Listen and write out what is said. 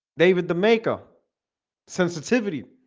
david the makeup sensitivity